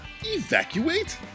Evacuate